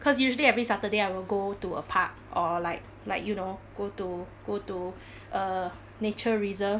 cause usually every saturday I will go to a park or like like you know go to go to a nature reserve